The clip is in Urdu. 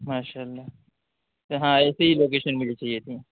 ماشاء اللہ تو ہاں ایسے ہی لوکیشن مجھے چاہیے تھی